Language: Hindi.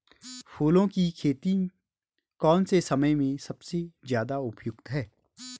फूलों की खेती कौन से समय में सबसे ज़्यादा उपयुक्त है?